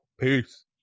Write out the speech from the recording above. Peace